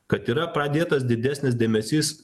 kad yra padėtas didesnis dėmesys